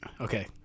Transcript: Okay